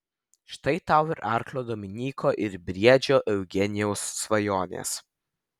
štai tau ir arklio dominyko ir briedžio eugenijaus svajonės